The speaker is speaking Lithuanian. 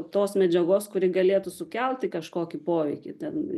tos medžiagos kuri galėtų sukelti kažkokį poveikį ten